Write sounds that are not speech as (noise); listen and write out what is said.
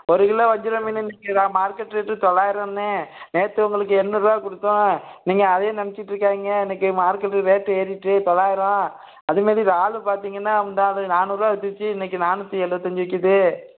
ஒரு கிலோ வஞ்சிர மீன் (unintelligible) market rate தொள்ளாயிரண்ணே நேற்று உங்களுக்கு எண்ணூறுரூவா கொடுத்தோம் நீங்கள் அதே நினச்சிட்ருக்காதீங்க இன்றைக்கி மார்க்கெட்டு ரேட்டு ஏறிட்டு தொள்ளாயிரம் அது மாதிரி இறாலு பார்த்தீங்கன்னா முந்தா நாள் நானூறு ரூபா விற்றுச்சி இன்றைக்கி நானூற்றி எழுபத்தஞ்சு விற்கிது